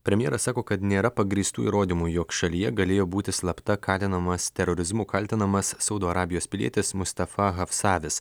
premjeras sako kad nėra pagrįstų įrodymų jog šalyje galėjo būti slapta kalinamas terorizmu kaltinamas saudo arabijos pilietis mustafa hafsavis